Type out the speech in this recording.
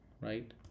right